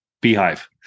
beehive